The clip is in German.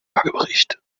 lagebericht